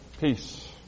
peace